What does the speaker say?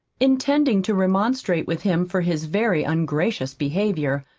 intending to remonstrate with him for his very ungracious behavior.